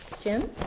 Jim